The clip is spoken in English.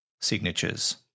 signatures